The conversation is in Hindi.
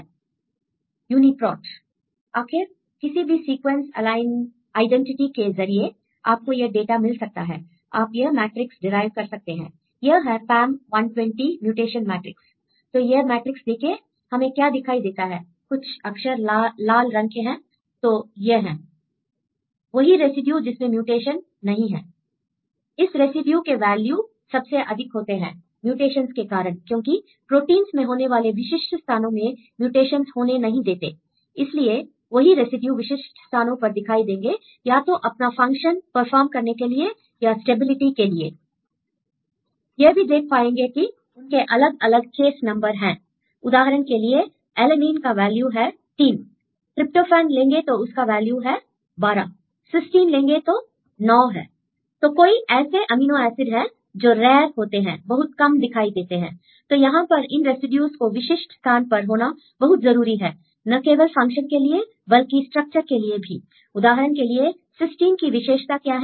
स्टूडेंटt यूनीप्रोट यूनीप्रोट आखिर किसी भी सीक्वेंस आइडेंटिटी के जरिए आपको यह डेटा मिल सकता है I आप यह मैट्रिक्स डिराइव कर सकते हैं यह है पाम 120 म्यूटेशन मैट्रिक्स तो यह मैट्रिक्स देखिए I हमें क्या दिखाई देता है कुछ अक्षर लाल रंग के हैं और तो यह हैं स्टूडेंट डायगोनल वही रेसिड्यू जिसमें म्यूटेशन नहीं हैं स्टूडेंट नहीं हैं इन रेसिड्यू के वैल्यू सबसे अधिक होते हैं म्यूटेशंस के कारण क्योंकि प्रोटीनस मे होने वाले विशिष्ट स्थानों मे म्यूटेशंस होने नहीं देते Iइसीलिए वही रेसिड्यू विशिष्ट स्थानों पर दिखाई देंगे या तो अपना फंक्शन परफॉर्म करने के लिए या स्टेबिलिटी के लिए I यह भी देख पाएंगे कि उनके अलग अलग केस नंबर हैं I उदाहरण के लिए एलेनीन का वैल्यू है 3 ट्रिप्टोफैन लेंगे तो उसका वैल्यू है 12 सिस्टीन लेंगे तो 9 है I तो कोई ऐसे अमीनो एसिड हैं जो रेर होते हैं बहुत कम दिखाई देते हैंI तो यहां पर इन रेसिड्यूस को विशिष्ट स्थान पर होना बहुत जरूरी है न केवल फंक्शन के लिए बल्कि स्ट्रक्चर के लिए भी I उदाहरण के लिए सिस्टीन की विशेषता क्या है